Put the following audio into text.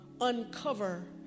uncover